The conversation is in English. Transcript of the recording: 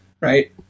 right